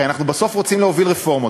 הרי אנחנו בסוף רוצים להוביל רפורמות.